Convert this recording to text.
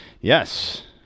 Yes